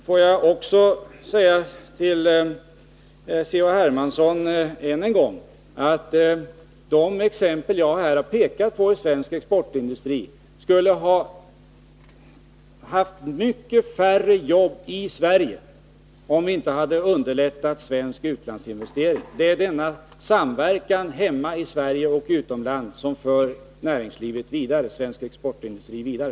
Får jag också säga till Carl-Henrik Hermansson än en gång att de företag jag här har nämnt som exempel inom svensk exportindustri skulle ha haft mycket färre antal jobb i Sverige, om vi inte hade underlättat svensk utlandsinvestering. Det är denna samverkan hemma i Sverige och utomlands som för svensk exportindustri vidare.